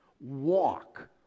walk